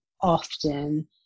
often